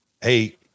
Hey